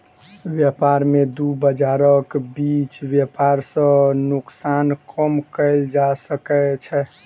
व्यापार में दू बजारक बीच व्यापार सॅ नोकसान कम कएल जा सकै छै